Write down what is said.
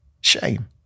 shame